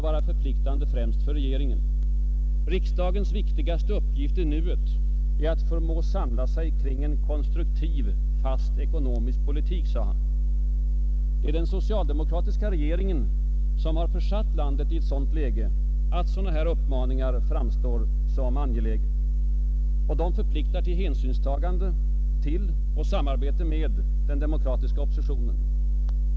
vara förpliktande främst för regeringen: ”Riksdagens viktigaste uppgift i nuet är att förmå samla sig kring en konstruktiv, fast ekonomisk politik.” Det är den socialdemokratiska regeringen som har försatt landet i ett sådant läge att dylika uppmaningar framstår som angelägna. De förpliktar till hänsynstagande till och samarbete med den demokratiska oppositionen.